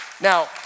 now